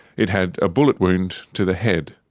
it had a bullet wound to the head.